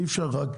אי אפשר רק